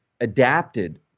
adapted